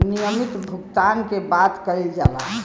नियमित भुगतान के बात कइल जाला